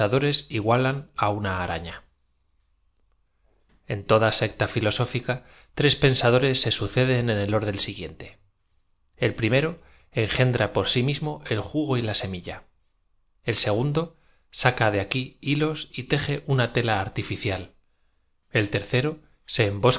igualan á una aralia en toda secta ñloaóflca trea penaadorea ae auceden en el orden siguiente el prímeroj engendra por ai mismo el ju go y la sem illa el segundo saca de aqui hilos y teje una tela artificial el tercero ae